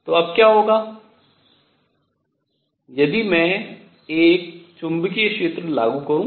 तो अब क्या होगा यदि मैं एक चुंबकीय क्षेत्र लागू करूँ